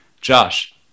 Josh